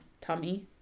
tummy